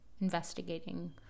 investigating